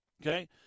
Okay